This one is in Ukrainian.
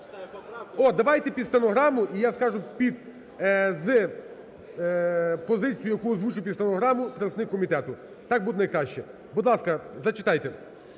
О, давайте під стенограму і я скажу під... з позицією, яку озвучив під стенограму представник комітету, так буде найкраще. Будь ласка, зачитайте.